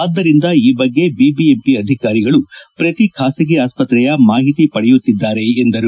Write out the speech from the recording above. ಆದ್ದರಿಂದ ಈ ಬಗ್ಗೆ ಬಿಬಿಎಂಪಿ ಅಧಿಕಾರಿಗಳು ಪ್ರತಿ ಖಾಸಗಿ ಆಸ್ಪತ್ರೆಯ ಮಾಹಿತಿ ಪಡೆಯುತ್ತಿದ್ದಾರೆ ಎಂದರು